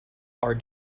are